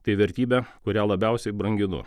tai vertybė kurią labiausiai branginu